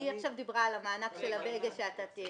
היא עכשיו דיברה על המענק של ה-B.E.G שאתה תיקנת.